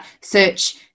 search